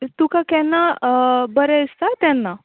तुका केन्ना बरें दिसता तेन्ना